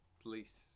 police